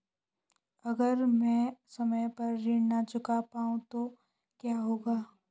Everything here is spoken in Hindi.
अगर म ैं समय पर ऋण न चुका पाउँ तो क्या होगा?